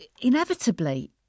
inevitably